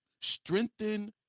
Strengthen